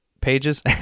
pages